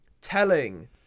telling